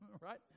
right